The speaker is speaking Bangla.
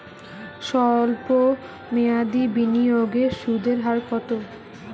সল্প মেয়াদি বিনিয়োগে সুদের হার কত?